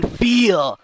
feel